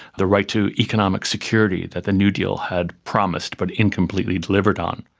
the right to economic security that the new deal had promised but incompletely delivered on.